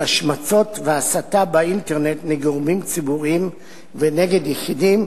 של השמצות והסתה באינטרנט נגד גורמים ציבוריים ונגד יחידים,